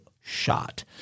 shot